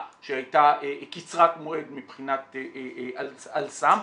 שהיא הייתה קצרת מועד מבחינת "אל סם".